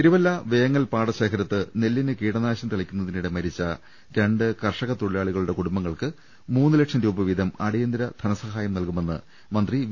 തിരുവല്ല വേങ്ങൽ പാടശേഖരത്ത് നെല്ലിന് കീടനാശിനി തളിക്കു ന്നതിനിടെ മരിച്ച രണ്ട് കർഷകത്തൊഴിലാളികളുടെ കുടുംബങ്ങൾക്ക് മൂന്ന് ലക്ഷം രൂപ വീതം അടിയന്തര ധനസഹായം നൽകുമെന്ന് മന്ത്രി വി